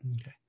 Okay